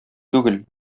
түгел